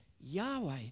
Yahweh